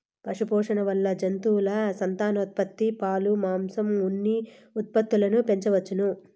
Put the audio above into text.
పశుపోషణ వల్ల జంతువుల సంతానోత్పత్తి, పాలు, మాంసం, ఉన్ని ఉత్పత్తులను పెంచవచ్చును